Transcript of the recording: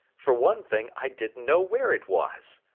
for one thing, i didn't know where it was.